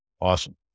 Awesome